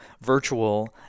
virtual